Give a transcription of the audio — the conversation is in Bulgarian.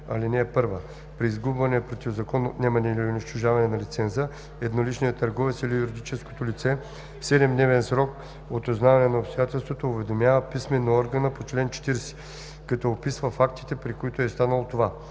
45. (1) При изгубване, противозаконно отнемане или унищожаване на лиценза едноличният търговец или юридическото лице в 7-дневен срок от узнаване на обстоятелството уведомява писмено органа по чл. 40, като описва фактите, при които е станало това.